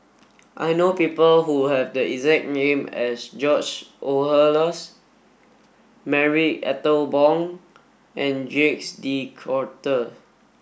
I know people who have the exact name as George Oehlers Marie Ethel Bong and Jacques De Coutre